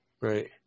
Right